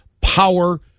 power